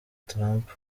trump